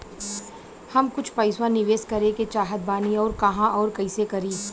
हम कुछ पइसा निवेश करे के चाहत बानी और कहाँअउर कइसे करी?